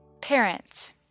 parents